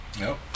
No